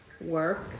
work